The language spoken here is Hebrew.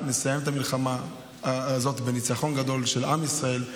נסיים את המלחמה הזאת בניצחון גדול של עם ישראל,